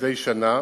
מדי שנה